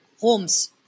homes